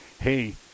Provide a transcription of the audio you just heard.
hey